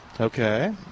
Okay